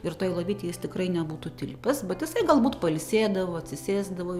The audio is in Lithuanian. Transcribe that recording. ir toj lovytėj is tikrai nebūtų tilpęs bet jisai galbūt pailsėdavo atsisėsdavo